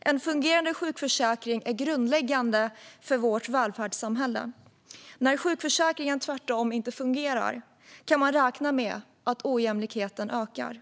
En fungerande sjukförsäkring är grundläggande för vårt välfärdssamhälle. När sjukförsäkringen tvärtom inte fungerar kan man räkna med att ojämlikheten ökar. Fru